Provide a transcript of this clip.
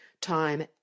time